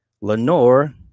Lenore